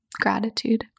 gratitude